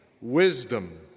wisdom